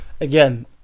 again